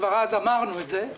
כבר אז אמרנו את זה,